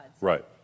Right